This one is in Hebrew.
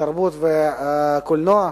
תרבות וקולנוע.